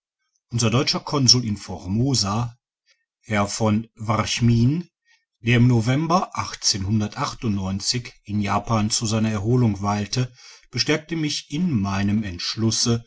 unser deutscher konsul in formosa herr v varchmin der im november in japan zu seiner erholung weilte bestärkte mich in meinem entschlüsse